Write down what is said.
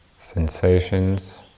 sensations